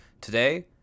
Today